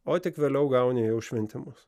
o tik vėliau gauni jau šventimus